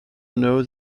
know